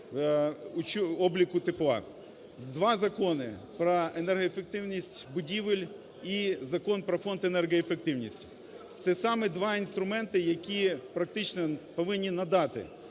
обліку тепла. Два закони про енергоефективність будівель і Закон про фонд енергоефективності. Це саме два інструменти, які практично повинні надати